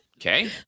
okay